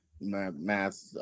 math